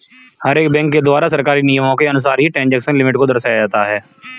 हर एक बैंक के द्वारा सरकारी नियमों के अनुसार ही ट्रांजेक्शन लिमिट को दर्शाया जाता है